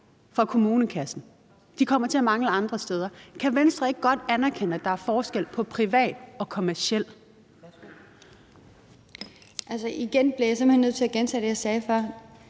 fra kommunekassen. De kommer til at mangle andre steder. Kan Venstre ikke godt anerkende, at der er forskel på privat og kommerciel? Kl. 12:28 Anden næstformand (Pia